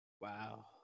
Wow